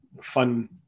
fun